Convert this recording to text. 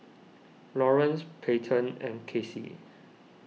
Lawrance Peyton and Kassie